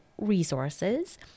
resources